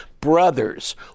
brothers